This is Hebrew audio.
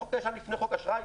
בחוק הישן לפני חוק האשראי,